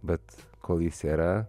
bet kol jis yra